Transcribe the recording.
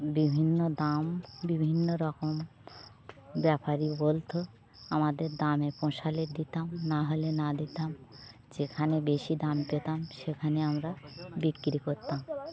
বিভিন্ন দাম বিভিন্ন রকম ব্যাপারী বলত আমাদের দামে পোষালে দিতাম না হলে না দিতাম যেখানে বেশি দাম পেতাম সেখানে আমরা বিক্রি করতাম